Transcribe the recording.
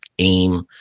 aim